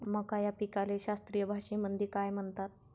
मका या पिकाले शास्त्रीय भाषेमंदी काय म्हणतात?